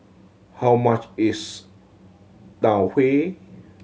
how much is Tau Huay